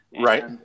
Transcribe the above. Right